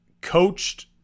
coached